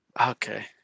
Okay